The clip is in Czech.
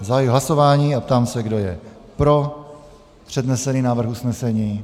Zahajuji hlasování a ptám se, kdo je pro přednesený návrh usnesení.